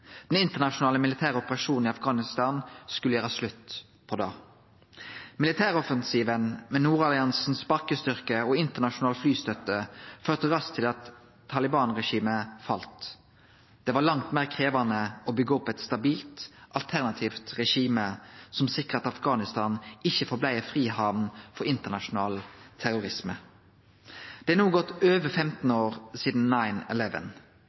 Den internasjonale militære operasjonen i Afghanistan skulle gjere slutt på det. Militæroffensiven med Nordalliansens bakkestyrkar og internasjonal flystøtte førte raskt til at Taliban-regimet fall. Det var langt meir krevjande å byggje opp eit stabilt, alternativt regime som sikra at Afghanstan ikkje blei verande ei frihamn for internasjonal terrorisme. Det er no gått over 15 år sidan